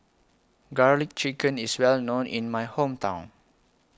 Garlic Chicken IS Well known in My Hometown